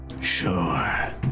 Sure